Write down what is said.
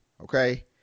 okay